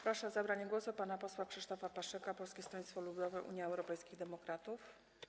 Proszę o zabranie głosu pana posła Krzysztofa Paszyka, Polskie Stronnictwo Ludowe - Unia Europejskich Demokratów.